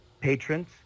patrons